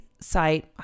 site